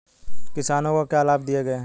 किसानों को क्या लाभ दिए गए हैं?